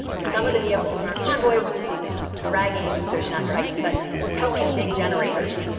some of the vehicles in our convoy were dragging, not dragging, but we're towing big generators.